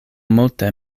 multe